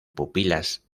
pupilas